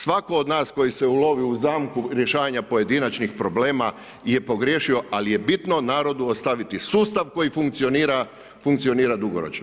Svatko od nas koji se ulovi u zamku rješavanja pojedinačnih problema je pogriješio, ali je bitno narodu ostaviti sustav koji funkcionira dugoročno.